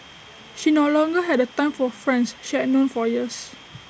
she no longer had the time for friends she had known for years